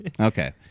okay